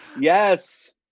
yes